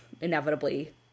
inevitably